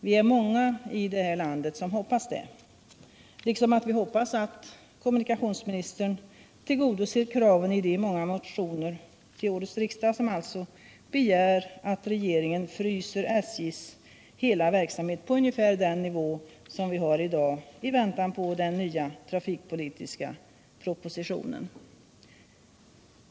Vi är många i det här landet som hoppas det, liksom vi hoppas att kommunikationsministern tillgodoser kraven i de många motioner till årets riksdag där det begärs att regeringen fryser SJ:s hela verksamhet på ungefär den nivå vi har i dag i väntan på den nya trafikpolitiska propositionen.